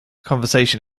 conversation